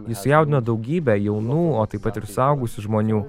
jis sujaudino daugybę jaunų o taip pat ir suaugusių žmonių